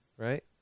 Right